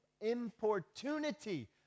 importunity